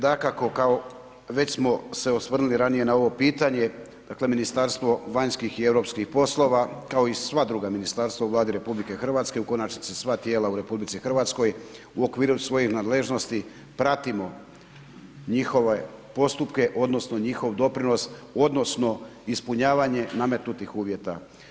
Dakako, kao već smo se osvrnuli ranije na ovo pitanje, dakle Ministarstvo vanjskih i europskih poslova kao i sva druga ministarstva u Vladi u RH, u konačnici sva tijela u RH, u okviru svojih nadležnosti pratimo njihove postupke odnosno njihov doprinos odnosno ispunjavanje nametnutih uvjeta.